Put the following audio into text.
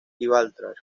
gibraltar